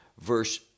verse